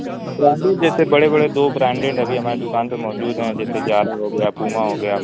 branded جیسے بڑے بڑے دو برانڈیڈ ابھی ہماری دکان پہ موجود ہیں جیسے جالا ہو گیا پوما ہو گیا